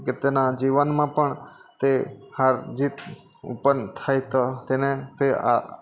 કે તેના જીવનમાં પણ તે હાર જીત પણ થાય તો તેને તે